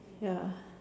ya